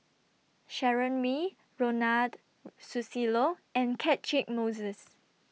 Sharon Wee Ronald Susilo and Catchick Moses